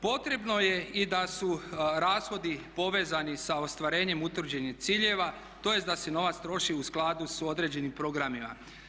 Potrebno je i da su rashodi povezani sa ostvarenjem utvrđenih ciljeva tj. da se novac troši u skladu sa određenim programima.